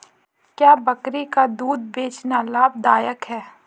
क्या बकरी का दूध बेचना लाभदायक है?